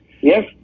Yes